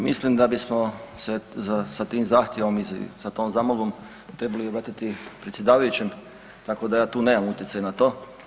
Mislim da bismo se sa tim zahtjevom i sa tom zamolbom trebali obratiti predsjedavajućem tako da ja tu nemam utjecaj na to.